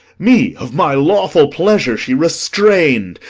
me of my lawful pleasure she restrain'd,